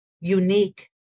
unique